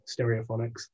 stereophonics